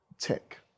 tech